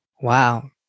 Wow